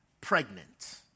pregnant